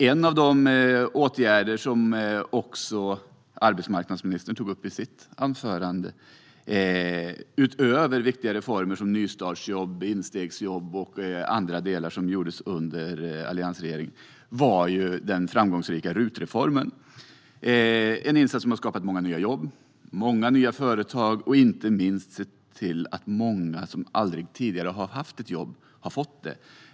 En av de åtgärder - utöver viktiga reformer som nystartsjobb, instegsjobb och andra delar som gjordes under alliansregeringen - var den framgångsrika RUT-reformen som även arbetsmarknadsministern tog upp i sitt anförande. Det är en insats som har skapat många nya jobb och företag. Dessutom har många som tidigare aldrig har haft ett jobb nu fått det.